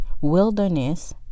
wilderness